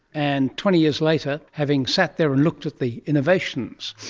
and twenty years later having sat there and looked at the innovations,